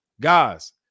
guys